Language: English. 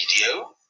video